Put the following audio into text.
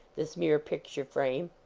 this mere picture frame!